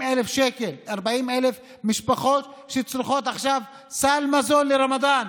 40,000 משפחות שצריכות עכשיו סל מזון לרמדאן.